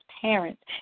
parents